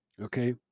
Okay